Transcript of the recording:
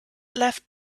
left